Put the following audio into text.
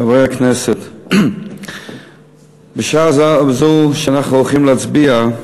חברי הכנסת, בשעה זו שאנחנו הולכים להצביע,